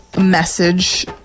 message